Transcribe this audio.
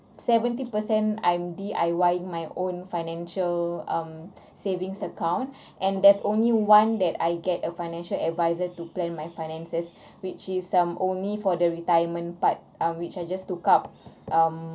seventy percent I'm D_I_Y my own financial um savings account and there's only one that I get a financial advisor to plan my finances which is um only for the retirement part um which I just took up um